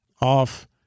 off